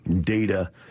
data